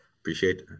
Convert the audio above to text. Appreciate